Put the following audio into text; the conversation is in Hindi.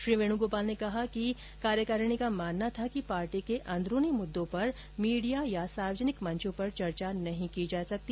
श्री वेण्गोपाल ने कहा कि कांग्रेस कार्यकारिणी का मानना था कि पार्टी के अंदरूनी मुद्दों पर मीडिया या सार्वजनिक मंचों पर चर्चा नहीं की जा सकती